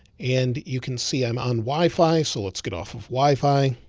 and you can see i'm on wi-fi so let's get off of wi-fi